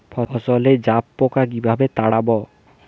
ফসলে জাবপোকা কিভাবে তাড়াব?